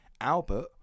Albert